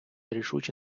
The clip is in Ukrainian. рішуче